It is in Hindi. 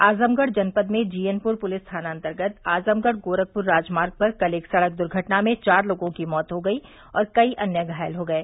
आजमगढ़ जनपद में जीयनपुर पुलिस थाना अन्तर्गत आजमगढ़ गोरखपुर राजमार्ग पर कल एक सड़क दुर्घटना में चार लोगों की मौत हो गई और कई अन्य घायल हो गये